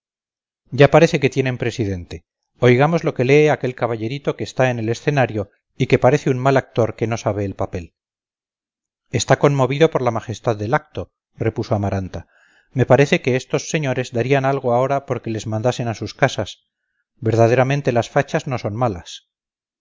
ya parece que tienen presidente oigamos lo que lee aquel caballerito que está en el escenario y que parece un mal actor que no sabe el papel está conmovido por la majestad del acto repuso amaranta me parece que estos señores darían algo ahora porque les mandasen a sus casas verdaderamente las fachas no son malas